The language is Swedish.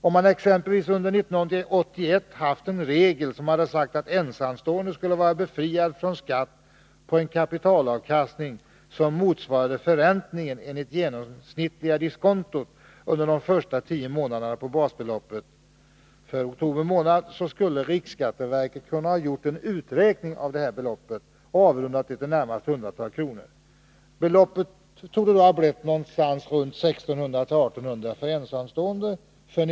Om man exempelvis under 1981 hade haft en regel som sagt att ensamstående skulle vara befriad från skatt på en kapitalavkastning som motsvarade förräntningen enligt genomsnittliga diskontot under de tio första månaderna på basbeloppet för oktober månad, skulle riksskatteverket ha kunnat göra en uträkning av detta belopp och avrundat till närmaste hundratal kronor. Beloppet torde då för 1981 ha blivit 1600-1 800 kr.